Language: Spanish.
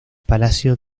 palacio